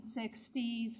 1960s